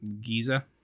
Giza